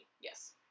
Yes